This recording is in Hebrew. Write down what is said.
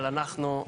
אבל אנחנו,